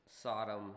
Sodom